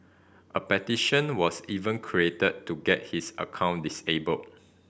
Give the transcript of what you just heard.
a petition was even created to get his account disabled